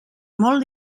molt